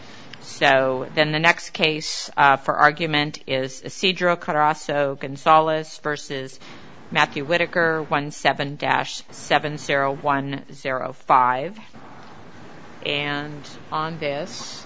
so then the next case for argument is and solace verses matthew whittaker one seven dash seven zero one zero five and on this